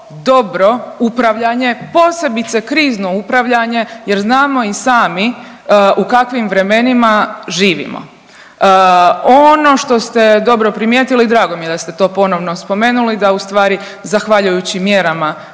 dobro upravljanje posebice krizno upravljanje, jer znamo i sami u kakvim vremenima živimo. Ono što ste dobro primijetili i drago mi je da ste to ponovno spomenuli da ustvari zahvaljujući mjerama